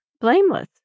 blameless